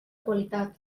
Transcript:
qualitat